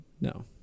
No